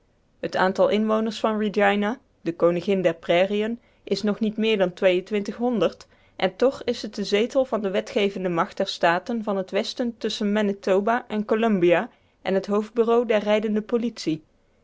het aantal inwoners van regina de koningin der prairieën is nog niet meer dan en toch is het de zetel van de wetgevende macht der staten van het westen tusschen manitoba en columbia en het hoofdbureau der rijdende politie